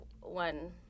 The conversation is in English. one